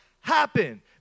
happen